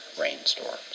rainstorms